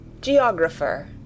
Geographer